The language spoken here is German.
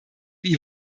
wie